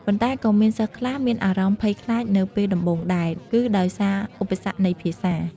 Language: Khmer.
ប៉ុន្តែក៏មានសិស្សខ្លះមានអារម្មណ៍ភ័យខ្លាចនៅពេលដំបូងដែរ គឺដោយសារឧបសគ្គនៃភាសា។